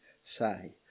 say